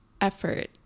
effort